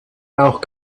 auch